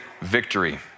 victory